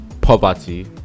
poverty